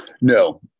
No